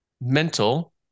mental